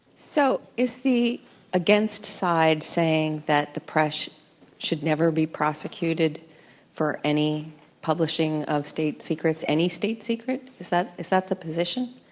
so, is the against side saying that the press should never be prosecuted for any publishing of state secrets any state secrets? is that is that the position?